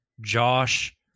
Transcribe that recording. Josh